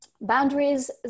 Boundaries